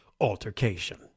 altercation